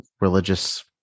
religious